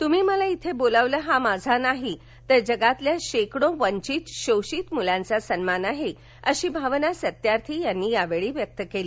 तुम्ही मला इथे बोलवलं हा माझा नाही तर जगातील शेकडो वंचित शोषित मुलांचा सन्मान आहे अशी भावना सत्यार्थी यांनी यावेळी व्यक्त केली